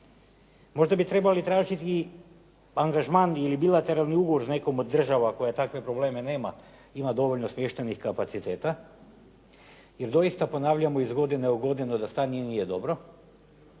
možda bi trebali tražiti i angažman ili bilateralni ugovor s nekom od država koja takve probleme nema, ima dovoljno smještajnih kapaciteta jer doista ponavljamo iz godine u godinu da stanje nije dobro,